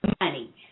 money